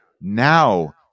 now